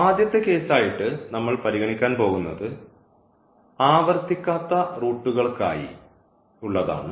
ആദ്യത്തെ കേസ് ആയിട്ട് നമ്മൾ പരിഗണിക്കാൻ പോകുന്നത് ആവർത്തിക്കാത്ത റൂട്ടുകൾക്കായി ഉള്ളതാണ്